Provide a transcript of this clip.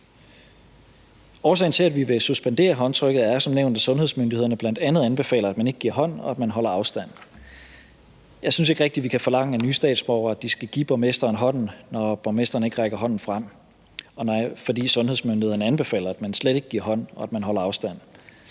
Årsagen til, at vi vil suspendere håndtrykket, er som nævnt, at sundhedsmyndighederne bl.a. anbefaler, at man ikke giver hånd, og at man holder afstand. Jeg synes ikke rigtig, vi kan forlange af nye statsborgere, at de skal give borgmesteren hånden, når borgmesteren ikke rækker hånden frem, fordi sundhedsmyndighederne anbefaler, at man slet ikke giver hånd, og at man holder afstand.